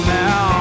now